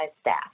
staff